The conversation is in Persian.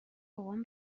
بابام